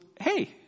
hey